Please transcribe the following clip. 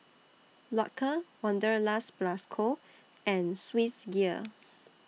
Loacker Wanderlust Plus Co and Swissgear